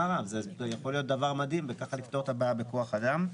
זה יכול להיות דבר מדהים וכך לפתור את הבעיה בכוח אדם.